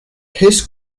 his